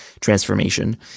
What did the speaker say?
transformation